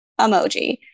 emoji